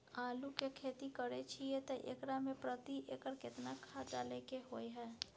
आलू के खेती करे छिये त एकरा मे प्रति एकर केतना खाद डालय के होय हय?